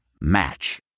Match